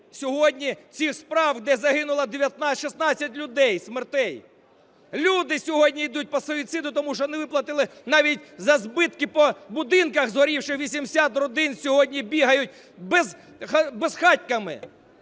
сьогодні цих справ, де загинуло 16 людей, смертей. Люди сьогодні йдуть по суїциду, тому що не виплатили навіть за збитки по будинках згорівши. 80 родин сьогодні бігають безхатьками.